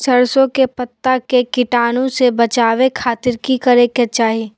सरसों के पत्ता के कीटाणु से बचावे खातिर की करे के चाही?